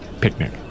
picnic